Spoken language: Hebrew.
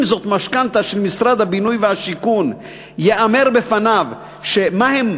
אם זו משכנתה של משרד הבינוי והשיכון ייאמר בפניו מה הן